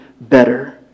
better